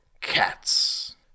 Cats